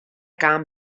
kaam